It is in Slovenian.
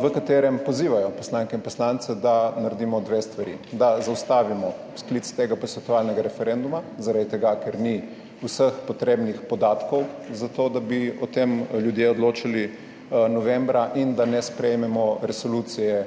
v katerem pozivajo poslanke in poslance, da naredimo dve stvari, da zaustavimo sklic tega posvetovalnega referenduma, zaradi tega ker ni vseh potrebnih podatkov za to, da bi o tem ljudje odločali novembra, in da ne sprejmemo resolucije,